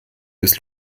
bis